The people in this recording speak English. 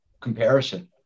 comparison